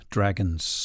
Dragons